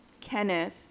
Kenneth